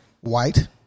white